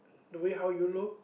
the way how you look